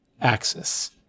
axis